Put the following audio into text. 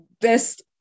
best